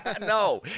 no